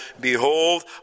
Behold